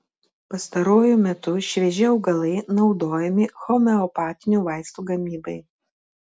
pastaruoju metu švieži augalai naudojami homeopatinių vaistų gamybai